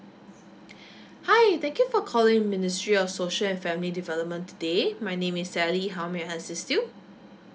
hi thank you for calling ministry of social and family development today my name is sally how may I assist you